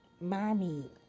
Mommy